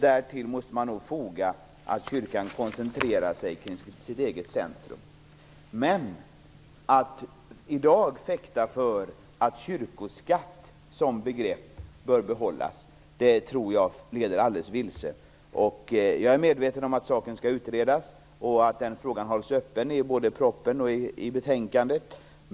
Därtill måste man nog foga att kyrkan koncentrerar sig kring sitt eget centrum. Men att i dag förfäkta att kyrkoskatt som begrepp bör behållas tror jag leder alldeles vilse. Jag är medveten om att saken skall utredas och att frågan hålls öppen i både propositionen och betänkandet.